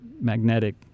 magnetic